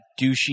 douchey